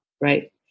right